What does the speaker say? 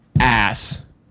ass